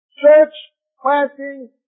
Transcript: Church-planting